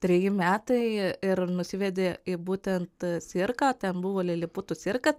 treji metai ir nusivedė į būtent cirką ten buvo liliputų cirkas